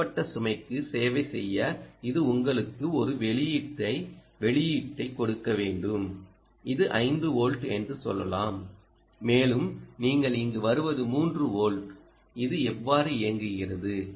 கொடுக்கப்பட்ட சுமைக்கு சேவை செய்ய இது உங்களுக்கு ஒரு வெளியீட்டு வெளியீட்டை கொடுக்க வேண்டும் இது 5 வோல்ட் என்று சொல்லலாம் மேலும் நீங்கள் இங்கு வருவது 3 வோல்ட் இது எவ்வாறு இயங்குகிறது